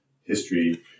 history